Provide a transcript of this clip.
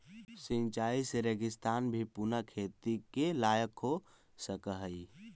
सिंचाई से रेगिस्तान भी पुनः खेती के लायक हो सकऽ हइ